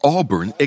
Auburn